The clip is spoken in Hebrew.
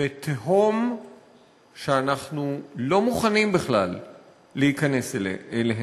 ותהום שאנחנו לא מוכנים בכלל להיכנס אליהם.